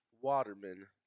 Waterman